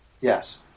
Yes